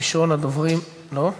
ראשון הדוברים, לא?